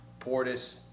Portis